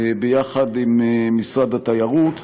יחד עם משרד התיירות.